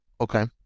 Okay